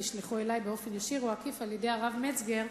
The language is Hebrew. נשלחו אלי באופן ישיר או עקיף על-ידי הרב מצגר,